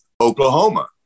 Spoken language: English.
Oklahoma